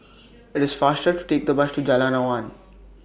IT IS faster to Take The Bus to Jalan Awan